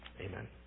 Amen